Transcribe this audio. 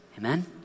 Amen